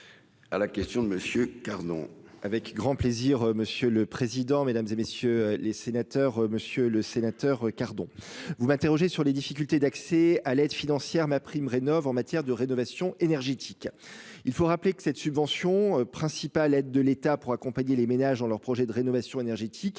À la question de monsieur, non. Avec grand plaisir. Monsieur le président, Mesdames, et messieurs les sénateurs, Monsieur le Sénateur cardons. Vous m'interrogez sur les difficultés d'accès à l'aide financière ma prime Rénov'en matière de rénovation énergétique. Il faut rappeler que cette subvention principales aides de l'État pour accompagner les ménages en leur projet de rénovation énergétique